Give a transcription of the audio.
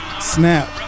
Snap